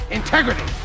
integrity